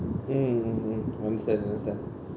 mm mm mm understand understand